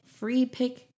FreePick